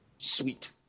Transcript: sweet